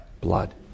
blood